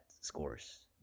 scores